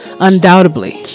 undoubtedly